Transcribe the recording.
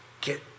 get